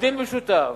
עובדים במשותף.